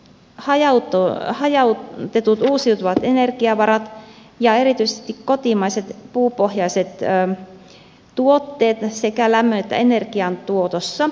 nostaisin esille hajautetut uusiutuvat energiavarat ja erityisesti kotimaiset puupohjaiset tuotteet sekä lämmön että energiantuotossa